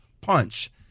punch